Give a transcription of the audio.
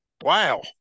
Wow